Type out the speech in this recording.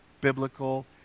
biblical